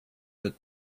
that